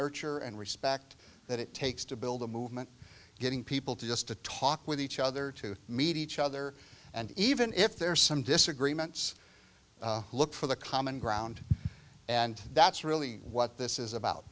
nurture and respect that it takes to build a movement getting people to just to talk with each other to meet each other and even if there are some disagreements look for the common ground and that's really what this is about